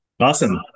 awesome